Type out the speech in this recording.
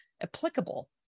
applicable